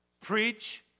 Preach